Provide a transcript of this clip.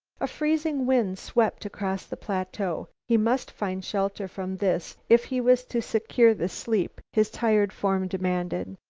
a freezing wind swept across the plateau. he must find shelter from this if he was to secure the sleep his tired form demanded.